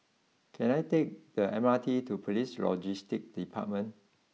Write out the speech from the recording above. can I take the M R T to police Logistics Department